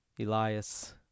Elias